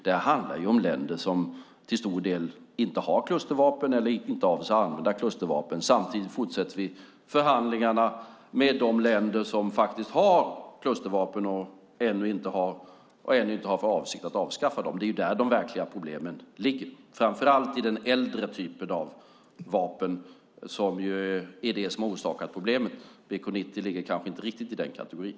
Det handlar till stor del om länder som inte har klustervapen eller inte avser att använda klustervapen. Samtidigt fortsätter vi förhandlingarna med de länder som faktiskt har klustervapen och ännu inte har för avsikt att avskaffa dem. Det är där de verkliga problemen ligger. Framför allt är det den äldre typen av vapen som har orsakat problemen. De kanske inte riktigt ligger i den kategorin.